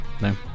No